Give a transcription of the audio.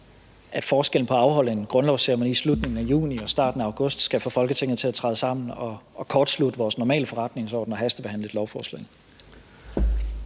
at forskellen på at afholde en grundlovsceremoni i slutningen af juni og starten af august skal få Folketinget til at træde sammen og kortslutte vores normale forretningsorden og hastebehandle et lovforslag.